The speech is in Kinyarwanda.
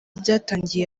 byatangiye